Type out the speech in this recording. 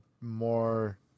more